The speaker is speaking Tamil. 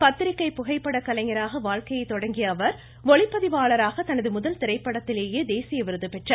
பத்திரிக்கை புகைப்பட கலைஞராக வாழ்க்கையை தொடங்கிய அவர் ஒளிப்பதிவாளராக தனது முதல் திரைப்படத்திலேயே தேசிய விருது பெற்றார்